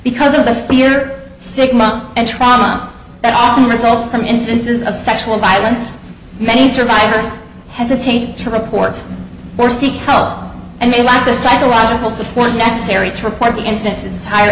because of the fear stigma and trauma that often results from incidences of sexual violence many survivors hesitate to reports or seek help and they lack the psychological support necessary to require the incidence is higher